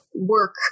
work